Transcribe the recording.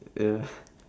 yeah